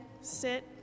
sit